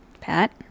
Pat